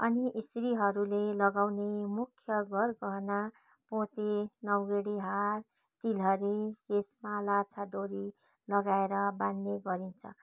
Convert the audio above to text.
अनि स्त्रीहरूले लगउने मुख्य गर गहना पोते नौँगेडी हार तिलहरी केशमा लाछा डोरी लगाएर बाँध्ने गरिन्छ